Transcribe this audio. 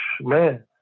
man